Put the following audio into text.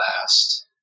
Last